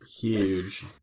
Huge